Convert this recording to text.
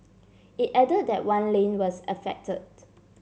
it add that one lane was affected